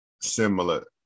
similar